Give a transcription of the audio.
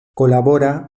colabora